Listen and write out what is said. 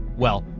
well,